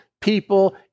people